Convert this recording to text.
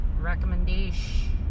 recommendation